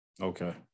Okay